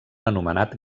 anomenat